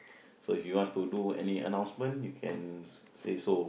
so if you want to do any announcement you can say so